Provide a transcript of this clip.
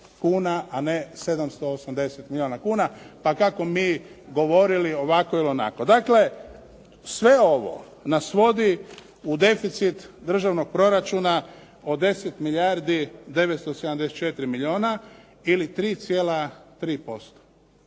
a ne 780 milijuna kuna, pa kako mi govorili ovako ili onako. Dakle, sve ovo nas vodi u deficit državnog proračuna od 10 milijardi 974 milijuna ili 3,3%.